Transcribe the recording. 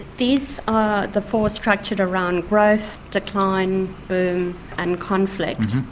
these are the four structured around growth, decline, boom and conflict.